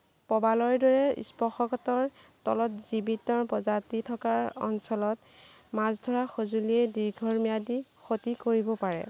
প্ৰবালয়ৰ দৰে স্পৰ্শকাতৰ তলত জীৱিত প্ৰজাতি থকা অঞ্চলত মাছধৰা সঁজুলিয়ে দীৰ্ঘম্যাদী ক্ষতি কৰিব পাৰে